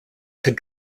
could